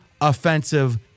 offensive